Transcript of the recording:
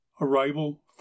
Arrival